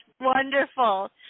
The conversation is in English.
Wonderful